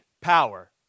power